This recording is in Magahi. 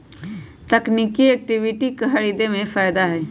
तकनिकिये इक्विटी खरीदे में फायदा हए